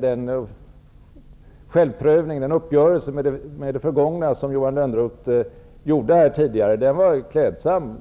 Den självprövningen -- en uppgörelse med det förgångna -- var klädsam,